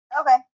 Okay